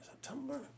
September